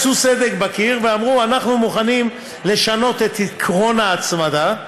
עשו סדק בקיר ואמרו: אנחנו מוכנים לשנות את עקרון ההצמדה,